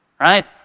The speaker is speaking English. Right